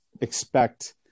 expect